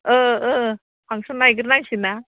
function नायगोर नांसिगोनना